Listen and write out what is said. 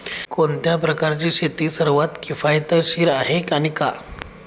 कोणत्या प्रकारची शेती सर्वात किफायतशीर आहे आणि का?